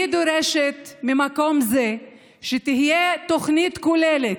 אני דורשת ממקום זה שתהיה תוכנית כוללת.